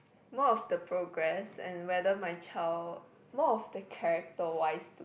more of the progress and whether my child more of the character wise